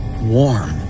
warm